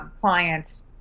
clients